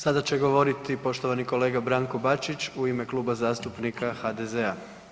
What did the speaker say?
Sada će govoriti poštovani kolega Branko Bačić u ime Kluba zastupnika HDZ-a.